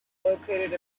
located